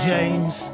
James